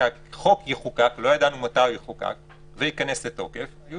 שכאשר החוק יחוקק וייכנס לתוקף לא